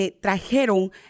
trajeron